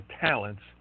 talents